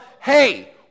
hey